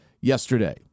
yesterday